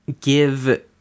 give